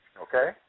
Okay